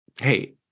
hey